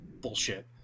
bullshit